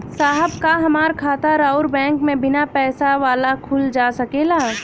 साहब का हमार खाता राऊर बैंक में बीना पैसा वाला खुल जा सकेला?